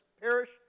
perish